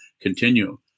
continue